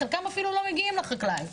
חלקם אפילו לא מגיעים לחקלאי,